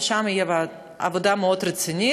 ושם תהיה עבודה מאוד רצינית.